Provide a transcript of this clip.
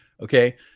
Okay